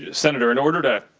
senator, in order to